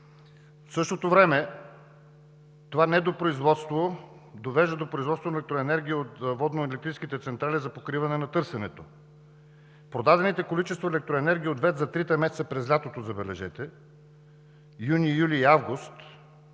В същото време това недопроизводство довежда до производство на електроенергия от водноелектрическите централи за покриване на търсенето. Продадените количества електроенергия от ВЕЦ за трите месеца през лятото – юни, юли и август